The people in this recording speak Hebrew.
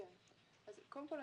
קודם כול,